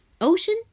Ocean